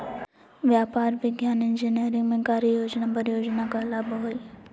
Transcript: व्यापार, विज्ञान, इंजीनियरिंग में कार्य योजना परियोजना कहलाबो हइ